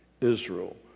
Israel